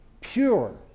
pure